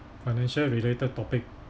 financial related topic